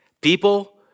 People